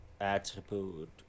attribute